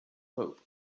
pope